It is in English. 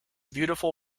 beautiful